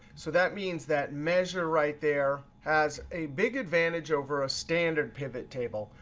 so that means that measure right there has a big advantage over a standard pivot table.